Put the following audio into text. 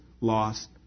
lost